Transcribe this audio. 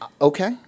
Okay